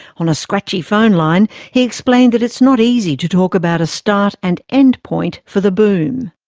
on a scratchy phone line he explained that it's not easy to talk about a start and end point for the boom.